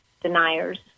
deniers